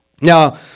Now